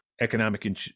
economic